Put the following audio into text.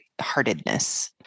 heartedness